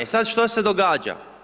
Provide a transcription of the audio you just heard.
I sad, što se događa?